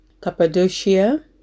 Cappadocia